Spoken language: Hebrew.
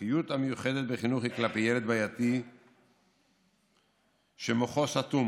והמומחיות המיוחדת בחינוך היא כלפי ילד בעייתי שמוחו סתום